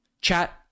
Chat